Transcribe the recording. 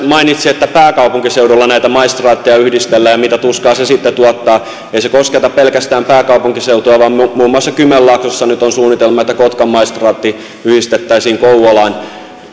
mainitsi että pääkaupunkiseudulla näitä maistraatteja yhdistellään ja mitä tuskaa se sitten tuottaa ei se kosketa pelkästään pääkaupunkiseutua vaan muun muassa kymenlaaksossa nyt on suunnitelma että kotkan maistraatti yhdistettäisiin kouvolaan